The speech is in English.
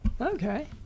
Okay